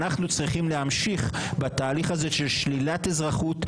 אנחנו צריכים להמשיך בתהליך הזה של שלילת אזרחות,